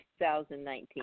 2019